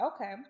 Okay